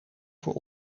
voor